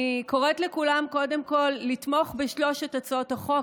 אני קוראת לכולם קודם כול לתמוך בשלוש הצעות החוק,